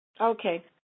Okay